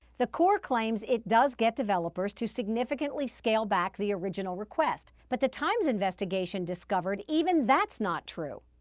the corps claims it does get developers to significantly scale back the original request. but the times investigation discovered even that's not true.